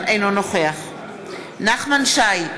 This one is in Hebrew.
אינו נוכח נחמן שי,